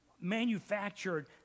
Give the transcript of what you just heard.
manufactured